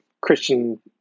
Christian